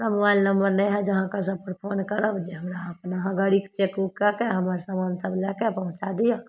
हमरा mobile number नहि हइ जे अहाँके नम्बरपर फोन करब जे अपन अहाँ गाड़ीके चेक उक कऽ कऽ हमर सामान सब लए कऽ पहुँचा दिअ